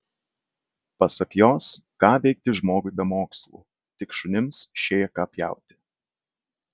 pasak jos ką veikti žmogui be mokslų tik šunims šėką pjauti